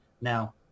Now